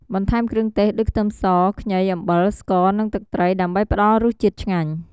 បន្ថែមគ្រឿងទេសដូចខ្ទឹមស ខ្ញី អំបិល ស្ករ និងទឹកត្រី ដើម្បីផ្តល់រសជាតិឆ្ងាញ់។